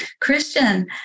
Christian